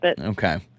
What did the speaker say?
Okay